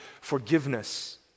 forgiveness